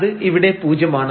അത് ഇവിടെ പൂജ്യമാണ്